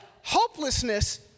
hopelessness